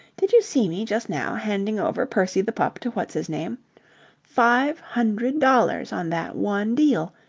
did you see me just now, handing over percy the pup to what's-his-name? five hundred dollars on that one deal.